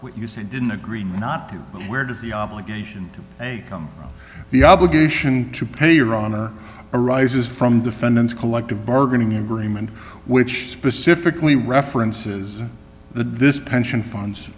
what you said didn't agree not to where does the obligation to come the obligation to pay your honor arises from defendant's collective bargaining agreement which specifically references the dis pension funds